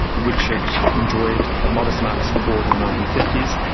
which had enjoyed a modest amount of support in the nineteen fifty s,